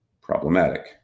Problematic